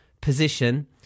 position